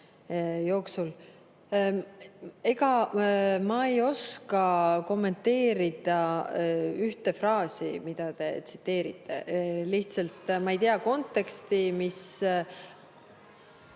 jooksul. Ega ma ei oska kommenteerida ühte fraasi, mida te tsiteerisite. Lihtsalt ma ei tea konteksti, mis